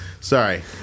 Sorry